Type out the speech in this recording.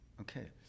Okay